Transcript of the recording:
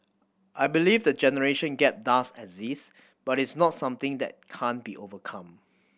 I believe the generation gap does exist but it's not something that can't be overcome